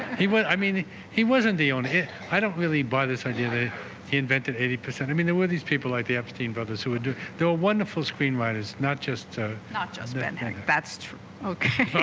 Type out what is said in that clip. he was i mean he wasn't the owner i don't really buy this idea they he invented eighty percent i mean there were these people like the epstein brothers who would do there were wonderful screenwriters not just not just but and that's true